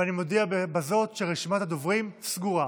ואני מודיע בזאת שרשימת הדוברים סגורה.